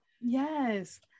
Yes